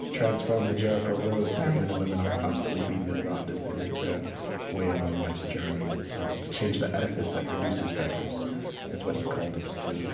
transform the jericho road so that men and women aren't constantly beaten and robbed as they make their way along life's journey. to to change the edifice that produces beggars is what he called us to. and